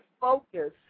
focus